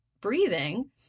breathing